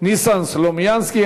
ניסן סלומינסקי.